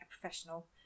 professional